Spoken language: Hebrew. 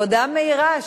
עבודה מהירה של,